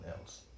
else